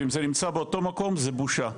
ואם זה נמצא באותו מקום זה בושה.